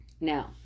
Now